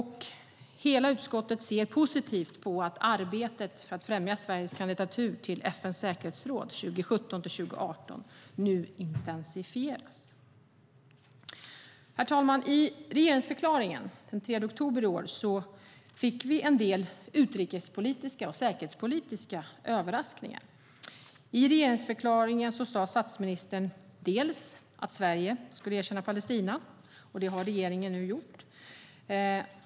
Hela utskottet ser positivt på att arbetet för att främja Sveriges kandidatur till FN:s säkerhetsråd 2017-2018 nu intensifieras. Herr talman! I regeringsförklaringen den 3 oktober i år fick vi en del utrikespolitiska och säkerhetspolitiska överraskningar. I regeringsförklaringen sa statsministern att Sverige skulle erkänna Palestina, och det har regeringen nu gjort.